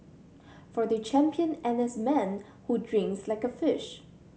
for the champion N S man who drinks like a fish